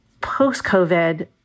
Post-COVID